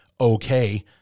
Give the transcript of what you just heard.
okay